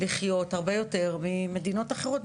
יקר הרבה יותר ממדינות אחרות.